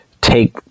take